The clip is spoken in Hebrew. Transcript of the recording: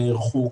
נערכו,